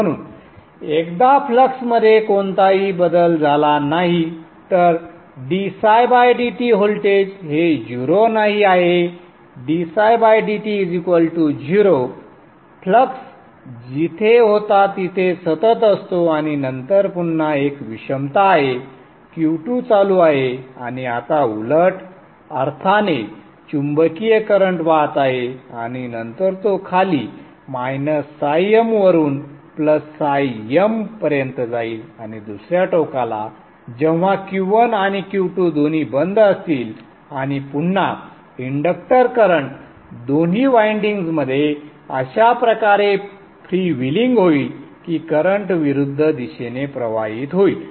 म्हणून एकदा फ्लक्समध्ये कोणताही बदल झाला नाहीतर ddt व्होल्टेज हे 0 नाही आहे ddt0 फ्लक्स जिथे होता तिथे सतत असतो आणि नंतर पुन्हा एक विषमता आहे Q2 चालू आहे आणि आता उलट अर्थाने चुंबकीय करंट वाहत आहे आणि नंतर तो खाली m वरून m पर्यंत जाईल आणि दुसर्या टोकाला जेव्हा Q1 आणि Q2 दोन्ही बंद असतील आणि पुन्हा इंडक्टर करंट दोन्ही वायंडिंग्ज मध्ये अशा प्रकारे फ्रीव्हीलिंग होईल की करंट विरुद्ध दिशेने प्रवाहित होईल